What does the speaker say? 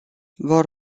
vor